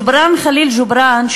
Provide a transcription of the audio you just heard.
ג'ובראן ח'ליל ג'ובראן,